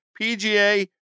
PGA